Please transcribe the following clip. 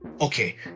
Okay